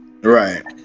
Right